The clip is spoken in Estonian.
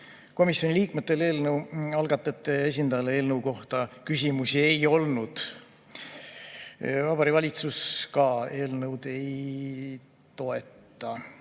Komisjoni liikmetel eelnõu algatajate esindajale eelnõu kohta küsimusi ei olnud. Vabariigi Valitsus eelnõu ei